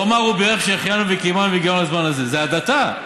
הוא בירך "שהחיינו וקיימנו והגיענו לזמן הזה" זה הדתה.